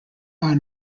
are